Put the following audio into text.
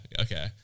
okay